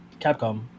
Capcom